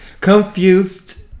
confused